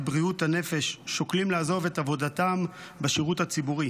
בריאות הנפש שוקלים לעזוב את עבודתם בשירות הציבורי.